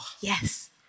Yes